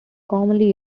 commonly